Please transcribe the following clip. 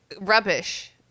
rubbish